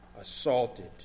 assaulted